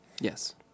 Yes